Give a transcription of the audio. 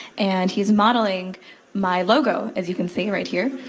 and he's modeling my logo as you can see right here.